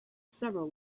several